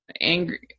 angry